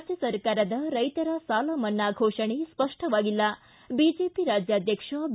ರಾಜ್ಯ ಸರ್ಕಾರದ ರೈತರ ಸಾಲ ಮನ್ನಾ ಘೋಷಣೆ ಸ್ಪಷ್ಟವಾಗಿಲ್ಲಿ ಬಿಜೆಪಿ ರಾಜ್ಯಾಧ್ಯಕ್ಷ ಬಿ